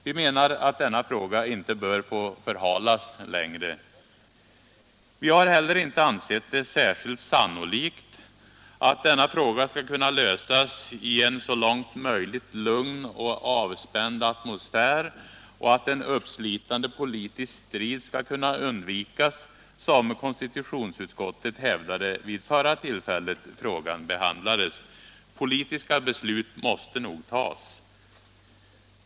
Vi menar att denna fråga inte bör få förhalas längre. Vi har heller inte ansett det särskilt sannolikt att denna fråga skall kunna lösas ”i en så långt möjligt lugn och avspänd atmosfär” och att ”en uppslitande politisk strid” skall kunna undvikas, som konstitutionsutskottet hävdade vid förra tillfället frågan behandlades. Politiska beslut måste nog tas.